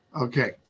Okay